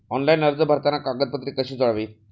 Online अर्ज भरताना कागदपत्रे कशी जोडावीत?